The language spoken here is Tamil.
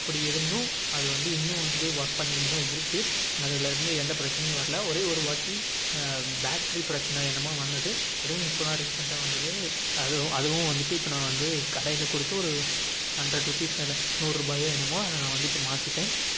அப்படி இருந்தும் அது வந்து இன்னும் வந்து ஒர்க் பண்ணிக்கிட்டு தான் இருக்குது அதிலருந்து எந்த பிரச்சினையும் வர்லை ஒரே ஒருவாட்டி பேட்ரி பிரச்சினை என்னமோ வந்தது அதுவும் இப்போதான் ரீசன்ட்டாக வந்தது அதுவும் அதுவும் வந்துட்டு இப்போ நான் வந்து கடையில் கொடுத்து ஒரு ஹண்ட்ரட் ரூபீஸ் நூறுரூபாயோ என்னமோ அதை நான் வந்து இப்போ மாற்றிட்டேன்